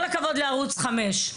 כל הכבוד לערוץ 5,